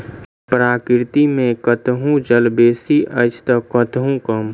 प्रकृति मे कतहु जल बेसी अछि त कतहु कम